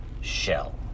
Shell